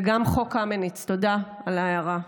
וגם חוק קמיניץ, תודה על ההערה.